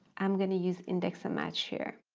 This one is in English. i'm going to use index and match here.